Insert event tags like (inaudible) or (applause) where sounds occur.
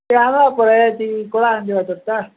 ସେ ଆଗୁଆ ପଳେଇ ଆସିଛି (unintelligible)